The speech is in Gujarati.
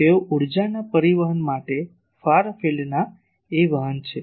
તેથી ઊર્જાના પરિવહન માટે ફાર ફિલ્ડના એ વાહન છે